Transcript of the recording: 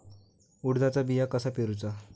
उडदाचा बिया कसा पेरूचा?